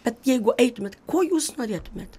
bet jeigu eitumėt ko jūs norėtumėt